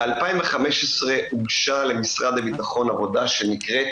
ב-2015 הוגשה למשרד הביטחון עבודה שנקראת